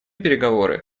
переговоры